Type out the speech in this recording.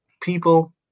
people